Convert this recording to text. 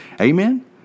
Amen